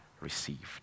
received